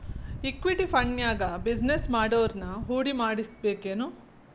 Equity ಫಂಡ್ನ್ಯಾಗ business ಮಾಡೊವ್ರನ ಹೂಡಿಮಾಡ್ಬೇಕೆನು?